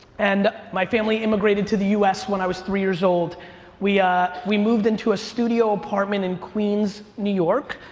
and my family emigrated to the u s. when i was three years-old. we ah we moved into a studio apartment in queens, new york,